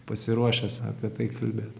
pasiruošęs apie tai kalbėt